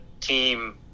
team